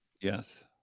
Yes